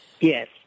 Yes